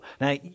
Now